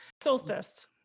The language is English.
solstice